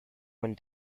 one